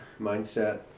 mindset